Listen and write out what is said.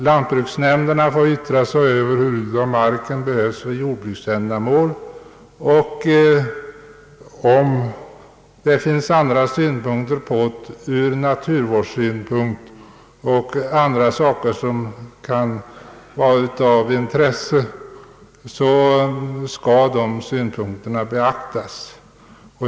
Lantbruksnämnderna får yttra sig över huruvida marken behövs för jordbruksändamål. Om det finns andra synpunkter, t.ex. naturvårdssynpunkter eller annat som kan vara av intresse i sammanhanget, så skall dessa beaktas.